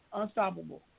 unstoppable